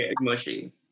Mushy